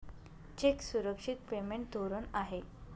check सुरक्षित payment धोरण आहे